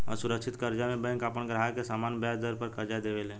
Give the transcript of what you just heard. असुरक्षित कर्जा में बैंक आपन ग्राहक के सामान्य ब्याज दर पर कर्जा देवे ले